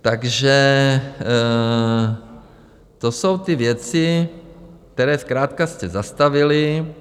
Takže to jsou ty věci, které zkrátka jste zastavili.